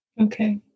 Okay